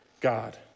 God